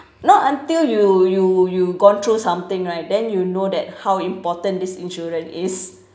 until you you you gone through something right then you know that how important this insurance is